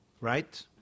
right